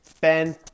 Ben